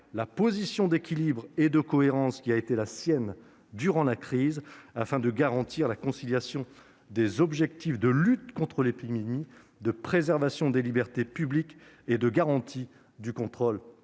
la position d'équilibre et de cohérence qui a été la sienne durant la crise, afin de garantir la conciliation des objectifs de lutte contre l'épidémie, de préservation des libertés publiques et d'efficience du contrôle